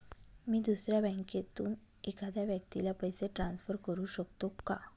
मी दुसऱ्या बँकेतून एखाद्या व्यक्ती ला पैसे ट्रान्सफर करु शकतो का?